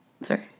Sorry